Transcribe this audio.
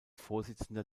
vorsitzender